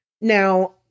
Now